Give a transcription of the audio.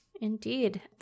Indeed